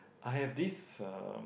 I have this um